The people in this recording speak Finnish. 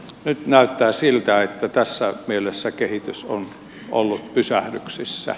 nyt näyttää siltä että tässä mielessä kehitys on ollut pysähdyksissä